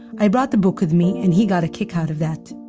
i brought the book with me, and he got a kick out of that.